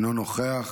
אינו נוכח,